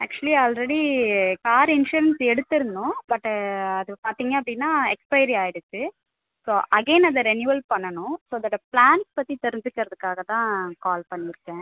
actually already car insurance எடுத்துருந்தோம் but அது பார்த்தீங்க அப்படினா எக்ஸ்பெயரி ஆகிடுச்சு ஸோ அகைன் அதை ரெனீவல் பண்ணனும் ஸோ அதோட பிளான் பற்றி தெரிஞ்சிக்குறதுக்காக தான் கால் பண்ணிருக்கேன்